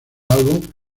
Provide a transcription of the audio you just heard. álbum